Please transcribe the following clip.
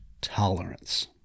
tolerance